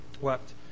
wept